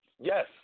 yes